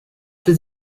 does